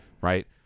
Right